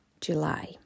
July